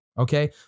Okay